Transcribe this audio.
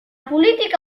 política